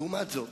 לעומת זאת,